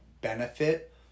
benefit